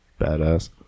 badass